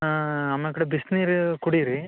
ಆಮ್ಯಾಲ ಬಿಸಿನೀರು ಕುಡಿರಿ